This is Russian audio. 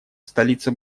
столица